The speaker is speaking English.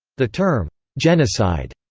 the term genocide,